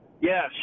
Yes